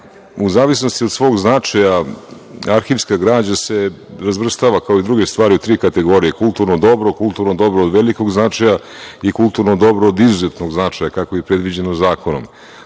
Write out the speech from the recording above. u zavisnosti od svog značaja, arhivska građa se razvrstava kao i druge stvari, u tri kategorije - kulturno dobro, kulturno dobro od velikog značaja i kulturno dobro od izuzetnog značaja, kako je predviđeno zakonom. Drugim